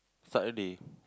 Saturday